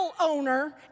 owner